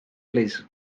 plîs